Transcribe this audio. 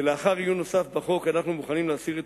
לאחר עיון נוסף בחוק אנחנו מוכנים להסיר את